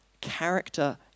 character